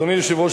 אדוני היושב-ראש,